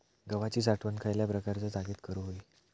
गव्हाची साठवण खयल्या प्रकारच्या जागेत करू होई?